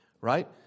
right